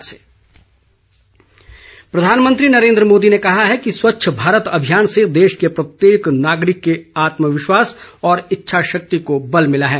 प्रधानमंत्री स्वच्छता केंद्र प्रधानमंत्री नरेन्द्र मोदी ने कहा है कि स्वच्छ भारत अभियान से देश के प्रत्येक नागरिक के आत्मविश्वास और इच्छा शक्ति को बल भिला है